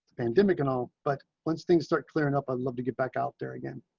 pandemic and all, but once things start clearing up. i love to get back out there again.